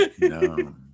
no